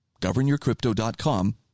GovernYourCrypto.com